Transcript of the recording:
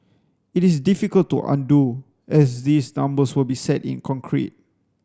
it is difficult to undo as these numbers will be set in concrete